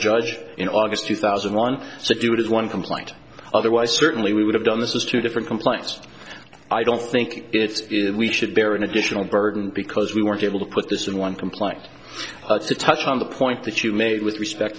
judge in august two thousand and one said do it is one complaint otherwise certainly we would have done this is two different complaints i don't think it's we should bear an additional burden because we weren't able to put this in one complaint to touch on the point that you made with respect